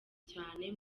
cyane